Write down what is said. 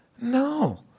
No